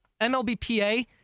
MLBPA